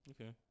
Okay